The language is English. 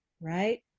right